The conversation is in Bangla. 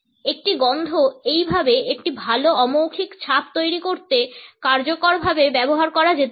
একটি গন্ধ এইভাবে একটি ভাল অ মৌখিক ছাপ তৈরি করতে কার্যকরভাবে ব্যবহার করা যেতে পারে